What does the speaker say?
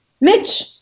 Mitch